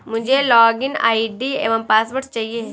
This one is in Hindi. मुझें लॉगिन आई.डी एवं पासवर्ड चाहिए